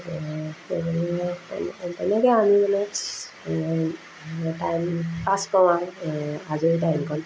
তেনেকৈ আমি মানে এই টাইম পাছ কৰোঁ আৰু আজৰি টাইমকণ